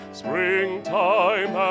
springtime